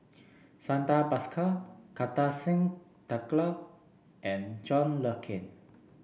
Santha Bhaskar Kartar Singh Thakral and John Le Cain